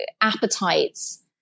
appetites